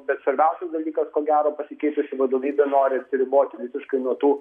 bet svarbiausias dalykas ko gero pasikeitusi vadovybė nori atsiriboti visiškai nuo tų